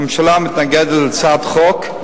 הממשלה מתנגדת להצעת החוק,